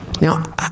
Now